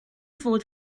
fod